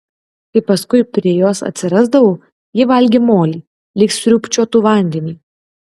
kai paskui prie jos atsirasdavau ji valgė molį lyg sriūbčiotų vandenį